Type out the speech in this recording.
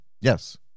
Yes